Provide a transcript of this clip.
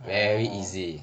very easy